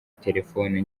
terefone